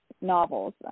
novels